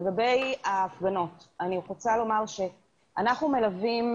לגבי ההפגנות, אני רוצה לומר שאנחנו מלווים